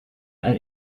ein